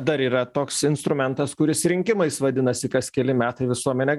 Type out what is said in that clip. dar yra toks instrumentas kuris rinkimais vadinasi kas keli metai visuomenė